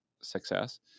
success